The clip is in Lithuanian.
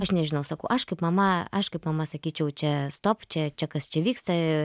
aš nežinau sakau aš kaip mama aš kaip mama sakyčiau čia stop čia čia kas čia vyksta